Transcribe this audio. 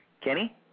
Kenny